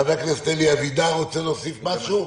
חבר הכנסת אלי אבידר, רוצה להוסיף משהו.